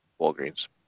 walgreens